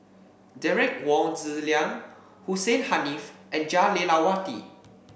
Derek Wong Zi Liang Hussein Haniff and Jah Lelawati